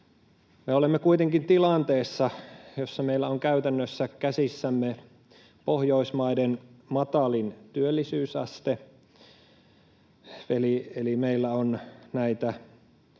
Me olemme kuitenkin tilanteessa, jossa meillä on käytännössä käsissämme Pohjoismaiden matalin työllisyysaste, eli meillä on näitä